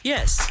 Yes